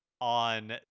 on